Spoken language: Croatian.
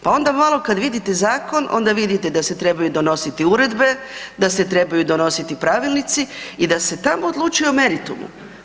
Pa onda malo kad vidite zakon, onda vidite da se trebaju donositi uredbe, da se trebaju donositi pravilnici i da se tamo odlučuje o meritumu.